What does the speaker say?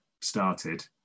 started